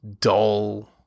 dull